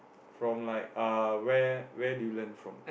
from like uh where where do you learn from